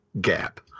gap